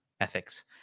ethics